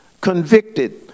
convicted